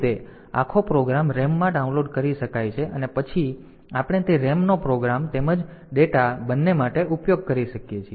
તેથી તે રીતે આખો પ્રોગ્રામ RAMમાં ડાઉનલોડ કરી શકાય છે અને પછી આપણે તે RAMનો પ્રોગ્રામ તેમજ ડેટા બંને માટે ઉપયોગ કરી શકીએ છીએ